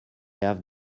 have